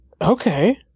Okay